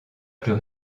plus